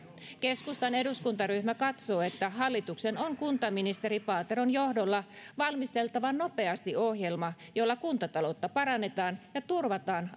keskustan eduskuntaryhmä katsoo että hallituksen on kuntaministeri paateron johdolla valmisteltava nopeasti ohjelma jolla kuntataloutta parannetaan ja turvataan